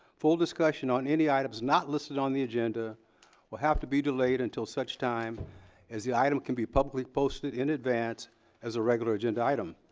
full discussion on any items not listed on the agenda will have to be delayed until such time as the item can be publicly posted in advance as a regular agenda item.